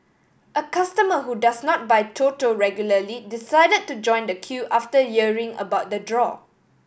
a customer who does not buy Toto regularly decided to join the queue after hearing about the draw